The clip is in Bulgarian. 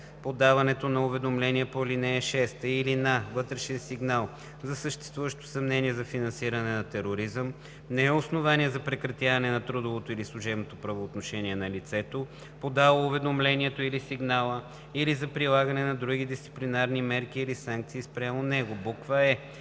„Подаването на уведомление по ал. 6 или на вътрешен сигнал за съществуващо съмнение за финансиране на тероризъм не е основание за прекратяване на трудовото или служебното правоотношение на лицето, подало уведомлението или сигнала, или за прилагане на други дисциплинарни мерки или санкции спрямо него.“ е)